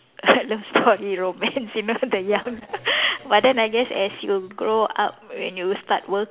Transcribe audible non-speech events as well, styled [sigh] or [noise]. [laughs] love story romance you know the young [laughs] but then I guess as you grow up when you start work